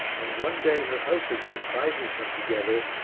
and one day her husband surprises them together,